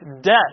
Death